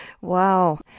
Wow